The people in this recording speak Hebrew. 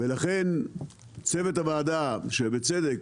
ולכן, צוות הוועדה שבצדק